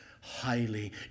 highly